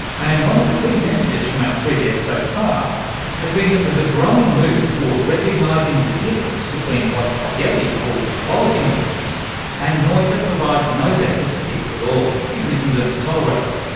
and one of the clear messages from our three guests so far has been that there's a growing move toward recognising the difference between what poppy elliott called quality noise and noise that provides no benefit to people at all, even if we learn to tolerate it.